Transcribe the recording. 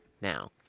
now